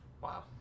Wow